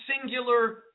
singular